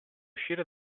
uscire